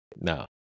No